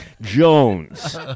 Jones